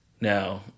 Now